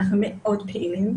אנחנו מאוד פעילים.